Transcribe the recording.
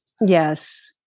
Yes